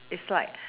is like